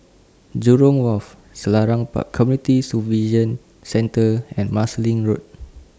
Jurong Wharf Selarang Park Community Supervision Centre and Marsiling Road